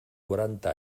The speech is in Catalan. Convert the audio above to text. quaranta